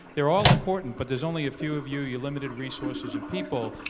they're all important but there's only a few of you, you limited resources and people.